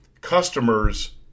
customers